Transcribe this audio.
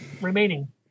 remaining